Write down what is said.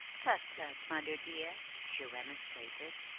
tut, tut, mother, dear! she remonstrated.